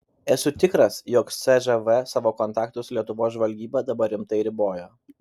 esu tikras jog cžv savo kontaktus su lietuvos žvalgyba dabar rimtai riboja